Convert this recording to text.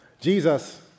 Jesus